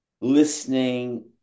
listening